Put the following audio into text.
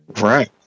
Right